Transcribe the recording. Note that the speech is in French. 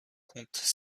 compte